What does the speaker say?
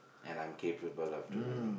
and I'm capable of doing it